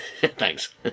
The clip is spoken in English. Thanks